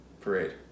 parade